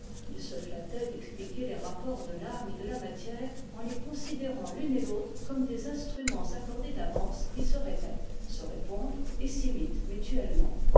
il se flattait d'expliquer tes rapports de t'âme et de la matière en les considérant l'une et l'autre comme des instruments accordés d'avance qui se répètent se répondent et s'imitent mutuellement